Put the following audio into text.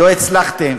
ולא הצלחתם.